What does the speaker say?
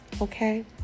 Okay